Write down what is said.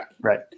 Right